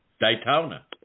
Daytona